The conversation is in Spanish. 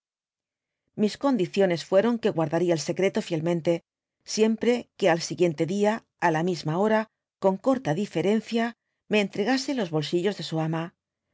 mis condiciones fueron que guardaría el secreto fielmente siempre que al siguientedia á la misma hora con corto diferencia me entregase los bosillos de su ama